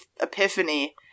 epiphany